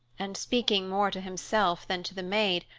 and speaking more to himself than to the maid,